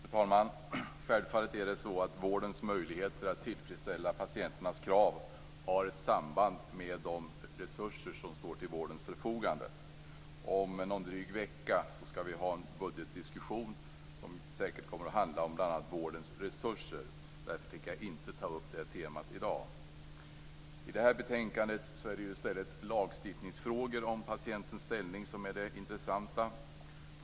Fru talman! Självfallet har vårdens möjligheter att tillfredsställa patienternas krav ett samband med de resurser som står till vårdens förfogande. Om en dryg vecka skall vi ha en budgetdiskussion som säkert kommer att handla om bl.a. vårdens resurser. Därför tänker jag inte ta upp det temat i dag. I det här betänkandet är det lagstiftningsfrågor om patientens ställning som är det intressanta.